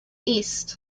east